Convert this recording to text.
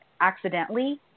accidentally